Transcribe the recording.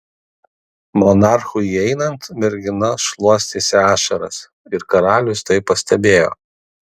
monarchui įeinant mergina šluostėsi ašaras ir karalius tai pastebėjo